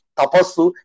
tapasu